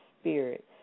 Spirit